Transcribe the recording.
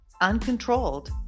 uncontrolled